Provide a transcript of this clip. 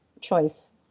choice